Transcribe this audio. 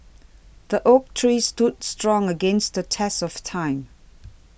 the oak tree stood strong against the test of time